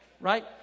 Right